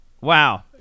Wow